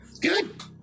Good